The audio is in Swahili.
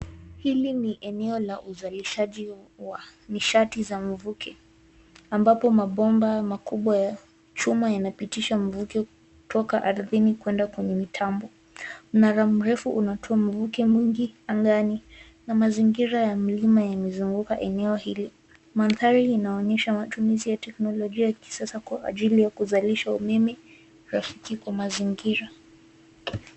Hili ni eneo la uzalishaji wa nishati za mvuke ambapo mabomba makubwa ya chuma yanapitisha mvuke kutoka ardhini kuenda kwenye mitambo. Mnara mrefu unatoa mvuke mwingi angani na mazingira ya mlima yamezunguka eneo hili. Mandhari inaonyesha matumizi ya teknolojia ya kisasa kwa ajili ya kuzalisha umeme rafiki kwa mazingira.